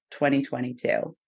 2022